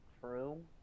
True